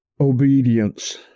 Obedience